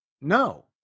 no